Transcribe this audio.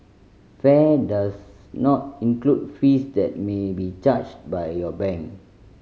fare does not include fees that may be charged by your bank